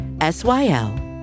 S-Y-L